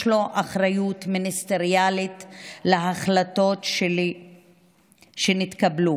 יש לו אחריות מיניסטריאלית להחלטות שנתקבלו.